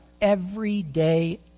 everyday